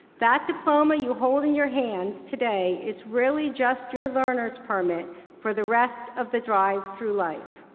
that diploma you hold in your hands today is really just your learner's permit for the rest of the drive through life.